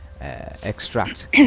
extract